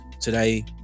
today